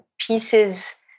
pieces